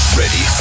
ready